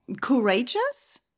courageous